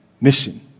mission